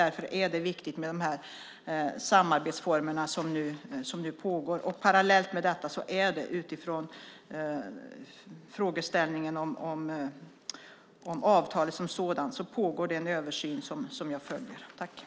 Därför är det viktigt med de samarbetsformer som nu finns. Med anledning av frågan om avtalet pågår det parallellt en översyn.